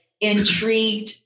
intrigued